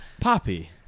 Poppy